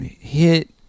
hit